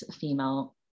female